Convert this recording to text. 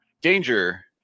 danger